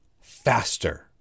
faster